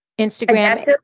Instagram